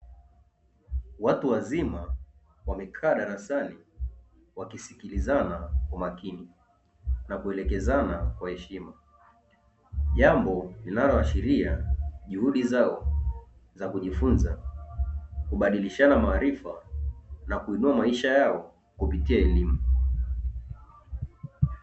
Watu wazima wamekaa darasani wakisikilizana kwa makini, na kuelekezana kwa heshima, jambo linaloashiria juhudi zao za kujifunza, kubadilishana maarifa, na kuinua maisha yao kupitia elimu.